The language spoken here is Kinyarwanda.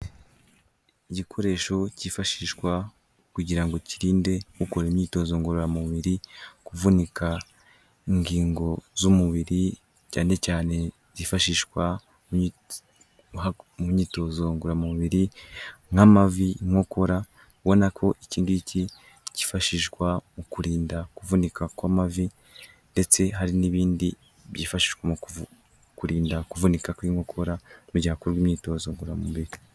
Igikoresho cyifashishwa, kugira ngo kirinde ukora imyitozo ngororamubiri, kuvunika, ingingo z'umubiri, cyane cyane hifashishwa myitozo ngororamubiri, nk'amavi inkokora ubona ko ikinditi cyifashishwa mu kurinda kuvunika kw'amavi, ndetse hari n'ibindi byifashishwa mu kurinda kuvunika kw'inkokora, mu gihe hakorwa imyitozo ngororamubiri.